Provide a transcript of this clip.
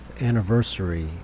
anniversary